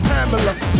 Pamela